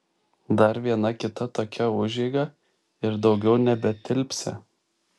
dar viena kita tokia užeiga ir daugiau nebetilpsią